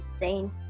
insane